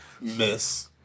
Miss